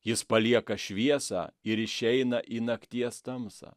jis palieka šviesą ir išeina į nakties tamsą